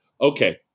okay